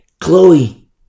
Chloe